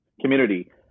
community